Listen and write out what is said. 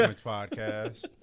Podcast